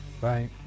bye